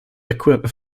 equipped